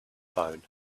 phone